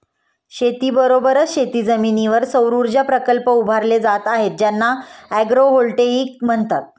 शेतीबरोबरच शेतजमिनीवर सौरऊर्जा प्रकल्प उभारले जात आहेत ज्यांना ॲग्रोव्होल्टेईक म्हणतात